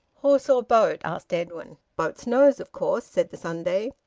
horse or boat? asked edwin. boat's nose, of course, said the sunday.